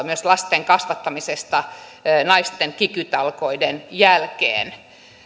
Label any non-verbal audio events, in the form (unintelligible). (unintelligible) myös lasten kasvattamisesta naisten kiky talkoiden jälkeen